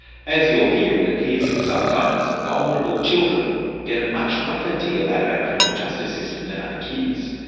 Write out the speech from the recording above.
as you'll hear, it appears that sometimes vulnerable children get a much rougher deal out of our criminal justice system than other kids.